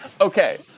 Okay